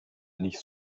nicht